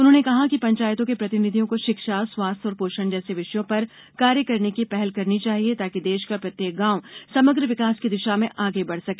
उन्होंने कहा कि पंचायतों के प्रतिनिधियों को शिक्षा स्वास्थ्य और पोषण जैसे विषयों पर कार्य करने की पहल करनी चाहिए ताकि देश का प्रत्येक गांव समग्र विकास की दिशा में आगे बढ़ सके